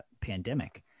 pandemic